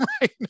right